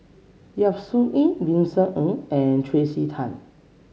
Yap Su Yin Vincent Ng and Tracey Tan